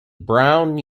brown